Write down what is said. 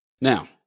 Now